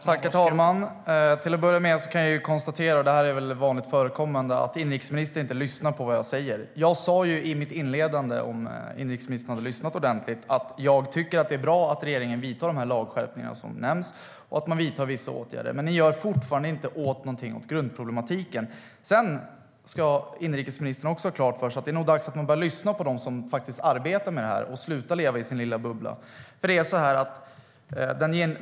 Herr talman! Till att börja med kan jag konstatera - och det här är vanligt förekommande - att inrikesministern inte lyssnar på vad jag säger. Jag sa i mitt inledande anförande, vilket ministern skulle ha hört om han hade lyssnat ordentligt, att jag tycker att det är bra att regeringen inför de här lagskärpningarna som nämns och att man vidtar vissa andra åtgärder. Men ni gör fortfarande inte någonting åt grundproblematiken. Inrikesministern ska också ha klart för sig att det nog är dags att börja lyssna på dem som faktiskt arbetar med det här och sluta leva i sin lilla bubbla.